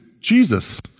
Jesus